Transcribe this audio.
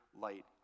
light